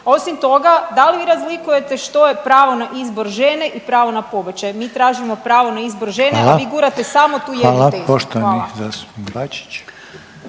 Osim toga da li vi razlikujete što je pravo na izbor žene i pravo na pobačaj. Mi tražimo pravo na izbor žene …/Upadica: Hvala./… a vi gurate samo tu jedno te isto. Hvala. **Reiner,